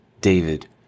David